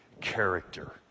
character